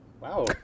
wow